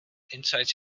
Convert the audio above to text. insight